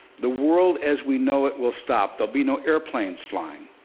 the world as we know it will stop. there'll be no airplanes flying.